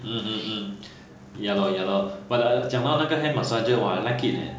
hmm hmm hmm ya loh ya loh but uh 讲到那个 hand massager !wah! I like it